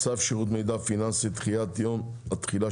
צו שירות מידע פיננסי (דחיית יום התחילה